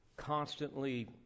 constantly